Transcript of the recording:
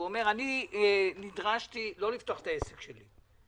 הוא אומר: אני נדרשתי לא לפתוח את העסק שלי.